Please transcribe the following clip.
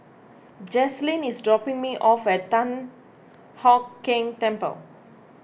Jazlynn is dropping me off at Thian Hock Keng Temple